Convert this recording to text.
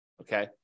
Okay